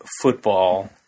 football